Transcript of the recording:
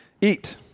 Eat